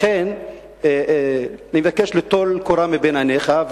לכן אני מבקש: טול קורה מבין עיניך.